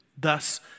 thus